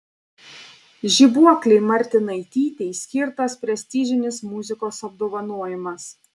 žibuoklei martinaitytei skirtas prestižinis muzikos apdovanojimas